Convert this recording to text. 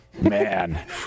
Man